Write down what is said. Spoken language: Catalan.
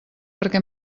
perquè